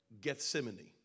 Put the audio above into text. Gethsemane